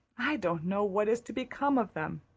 i don't know what is to become of them.